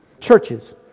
Churches